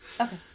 Okay